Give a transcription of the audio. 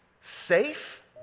Safe